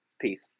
peace